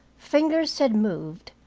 fingers had moved,